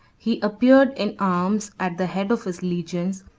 he appeared in arms at the head of his legions,